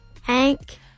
Hank